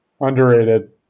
underrated